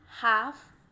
half